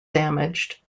damaged